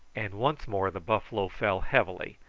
and once more the buffalo fell heavily,